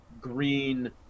green